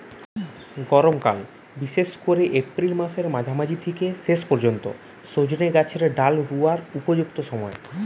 গরমকাল বিশেষ কোরে এপ্রিল মাসের মাঝামাঝি থিকে শেষ পর্যন্ত সজনে গাছের ডাল রুয়ার উপযুক্ত সময়